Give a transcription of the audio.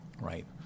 right